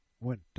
went